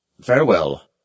Farewell